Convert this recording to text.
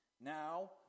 Now